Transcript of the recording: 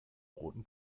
roten